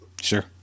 Sure